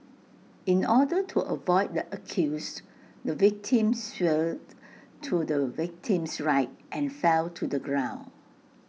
in order to avoid the accused the victim swerved to the victim's right and fell to the ground